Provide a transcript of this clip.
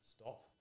stop